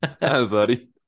buddy